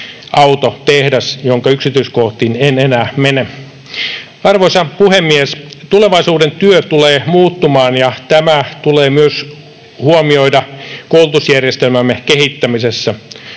autotehdas, jonka yksityiskohtiin en enää mene. Arvoisa puhemies! Tulevaisuuden työ tulee muuttumaan, ja tämä tulee myös huomioida koulutusjärjestelmämme kehittämisessä.